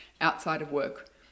outside-of-work